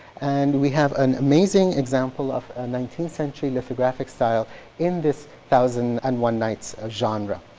and we have an amazing example of a nineteenth century lithographic style in this thousand and one nights ah genre.